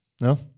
No